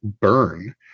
burn